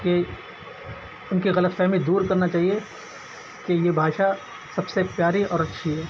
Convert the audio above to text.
کہ ان کی غلط فہمی دور کرنا چاہیے کہ یہ بھاشا سب سے پیاری اور اچھی ہے